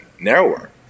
narrower